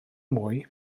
mwy